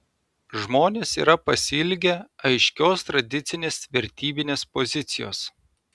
žmonės yra pasiilgę aiškios tradicinės vertybinės pozicijos